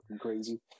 crazy